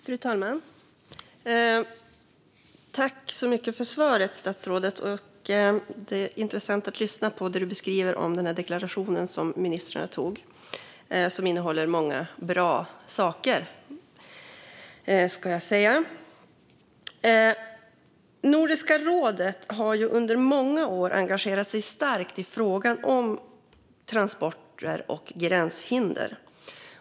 Fru talman! Tack, statsrådet, för svaret! Det är intressant att lyssna på det statsrådet beskriver om den deklaration som ministrarna antog och som innehåller många bra saker. Nordiska rådet har ju under många år engagerat sig starkt i frågan om transporter och gränshinder.